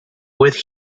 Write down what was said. with